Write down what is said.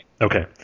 Okay